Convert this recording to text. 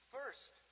First